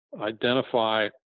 identify